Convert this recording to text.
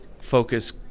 focus